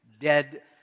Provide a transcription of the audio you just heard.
Dead